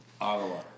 Ottawa